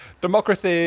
democracy